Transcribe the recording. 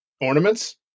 ornaments